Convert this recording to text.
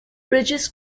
bridges